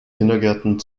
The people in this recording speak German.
kindergärten